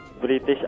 British